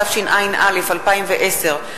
התשע"א 2010,